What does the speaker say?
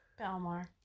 Belmar